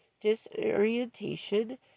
disorientation